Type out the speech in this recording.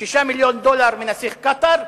6 מיליוני דולר מנסיך קטאר,